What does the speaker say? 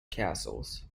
castles